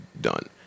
done